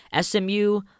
SMU